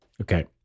Okay